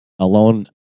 alone